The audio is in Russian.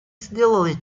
сделали